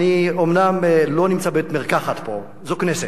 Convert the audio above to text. אני אומנם לא נמצא בבית-מרקחת פה, זו כנסת.